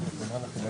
(היו"ר אוהד טל,